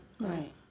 Right